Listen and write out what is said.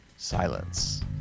Silence